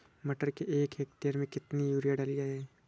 मटर के एक हेक्टेयर में कितनी यूरिया डाली जाए?